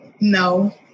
No